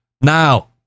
Now